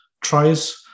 tries